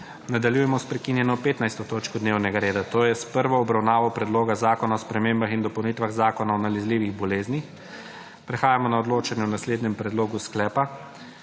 Nadaljujemo s prekinjeno15. točko dnevnega reda, to je s prvo obravnavo Predloga zakona o spremembah in dopolnitvah Zakona o nalezljivih boleznih. Prehajamo na odločanje o naslednjem predlogu sklepa: